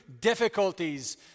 difficulties